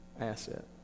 asset